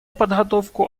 подготовку